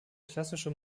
klassische